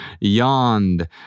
yawned